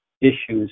issues